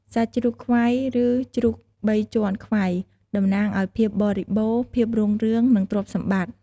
សាច់ជ្រូកខ្វៃ ឬជ្រូកបីជាន់ខ្វៃ តំណាងឱ្យភាពបរិបូរណ៍ ភាពរុងរឿង និងទ្រព្យសម្បត្តិ។